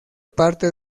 parte